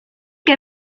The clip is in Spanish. que